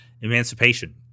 emancipation